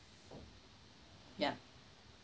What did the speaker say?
yup